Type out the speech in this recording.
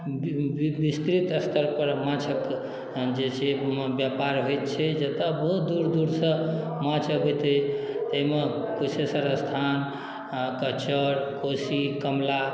विस्तृत स्तरपर माछक जे छै व्यापर होइत छै जतऽ बहुत दूर दूरसँ माछ अबैत अइ तै मे कुशेश्वर स्थान आओर कचर कोशी कमला